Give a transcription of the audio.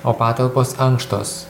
o patalpos ankštos